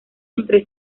entre